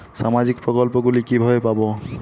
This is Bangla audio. সামাজিক প্রকল্প গুলি কিভাবে পাব?